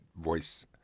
voice